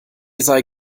sei